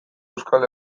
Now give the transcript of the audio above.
euskal